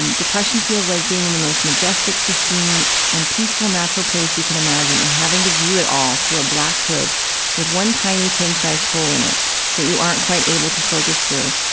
um depression feels like being in the most majestic, pristine and peaceful natural place you can imagine and having to view it all through a black hood with one tiny, pin-sized hole in it that you aren't quite able to focus through,